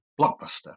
blockbuster